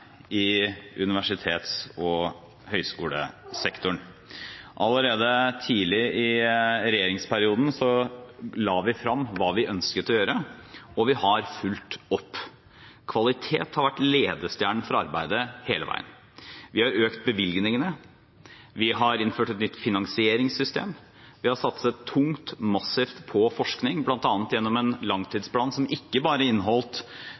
i universitets- og høyskolesektoren. Allerede tidlig i regjeringsperioden la vi frem hva vi ønsket å gjøre, og vi har fulgt opp. Kvalitet har vært ledestjernen for arbeidet hele veien. Vi har økt bevilgningene, vi har innført et nytt finansieringssystem, vi har satset tungt og massivt på forskning, bl.a. gjennom en langtidsplan som ikke bare